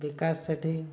Bikash Sethi